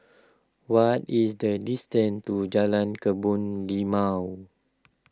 what is the distance to Jalan Kebun Limau